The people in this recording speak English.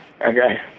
okay